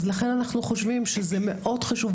אז לכן אנחנו חושבים שזה מאוד חשוב,